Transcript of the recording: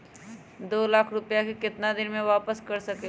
दो लाख रुपया के केतना दिन में वापस कर सकेली?